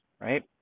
right